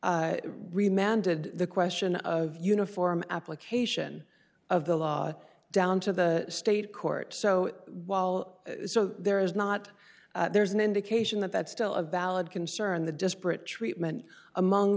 re man did the question of uniform application of the law down to the state court so while so there is not there's an indication that that's still a valid concern the disparate treatment among